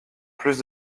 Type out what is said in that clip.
plus